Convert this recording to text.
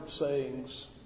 sayings